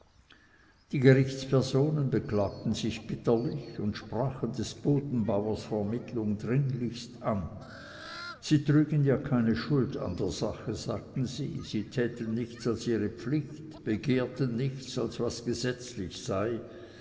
die gerichtspersonen beklagten sich bitterlich und sprachen des bodenbauers vermittlung dringlichst an sie trügen ja keine schuld an der sache sagten sie täten nichts als ihre pflicht begehrten nichts als was gesetzlich sei